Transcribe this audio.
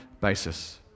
basis